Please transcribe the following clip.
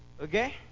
Okay